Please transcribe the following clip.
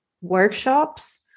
workshops